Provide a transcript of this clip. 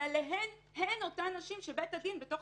אלו הן אותן נשים שבית הדין בתוך